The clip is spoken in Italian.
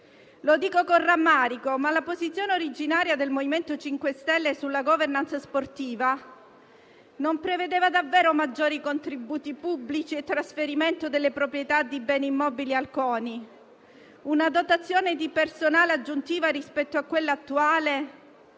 Lo dico con rammarico, ma la posizione originaria del MoVimento 5 Stelle sulla *governance* sportiva non prevedeva davvero maggiori contributi pubblici e trasferimento delle proprietà di beni immobili al CONI, una dotazione di personale aggiuntiva rispetto a quella attuale